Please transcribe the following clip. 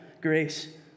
grace